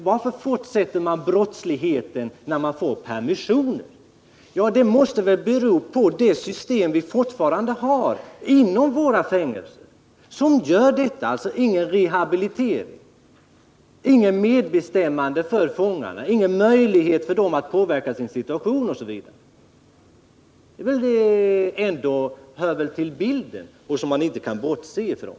Varför fortsätter man brottsligheten när man får permission? Svaret måste bli att det beror på det system vi fortfarande har inom våra fängelser: ingen rehabilitering, inget medbestämmande för fångarna, ingen möjlighet för dem att påverka sin situation, osv. Det är ju något som hör till bilden och som man inte kan bortse ifrån.